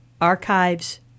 archives